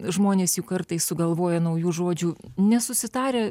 žmonės juk kartais sugalvoja naujų žodžių nesusitarę